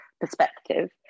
perspective